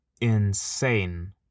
insane